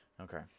Okay